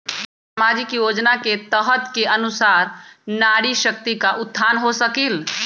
सामाजिक योजना के तहत के अनुशार नारी शकति का उत्थान हो सकील?